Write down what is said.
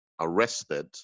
arrested